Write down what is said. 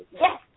Yes